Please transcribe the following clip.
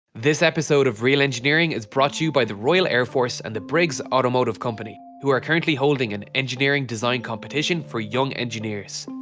this episode of real engineering is brought to you by the royal air force and the briggs automotive company, who are currently holding an engineering design competition for young engineers.